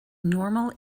normal